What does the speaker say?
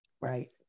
Right